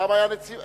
גם ירושלים.